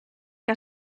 que